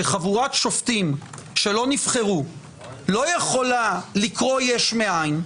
שחבורת שופטים שלא נבחרה לא יכולה לקרוא יש מאין,